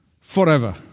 forever